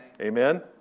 Amen